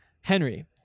Henry